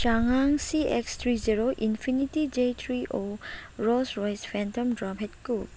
ꯆꯥꯉꯥꯡ ꯁꯤ x three zero infinity j three ꯑꯣ ꯔꯣꯜꯁ ꯔꯣꯏ ꯐꯦꯟꯇꯝ ꯗ꯭ꯔꯣꯍꯦꯠ ꯀꯨꯞ